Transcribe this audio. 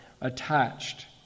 attached